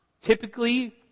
typically